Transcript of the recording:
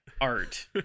art